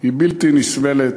היא בלתי נסבלת.